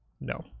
no